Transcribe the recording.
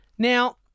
Now